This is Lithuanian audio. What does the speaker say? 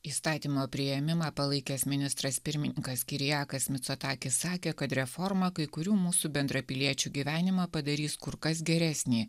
įstatymo priėmimą palaikęs ministras pirmininkas kyriakos mitsotakis sakė kad reforma kai kurių mūsų bendrapiliečių gyvenimą padarys kur kas geresnį